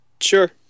Sure